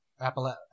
apple